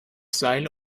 seile